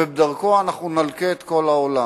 ודרכו אנחנו נלקה את כל העולם?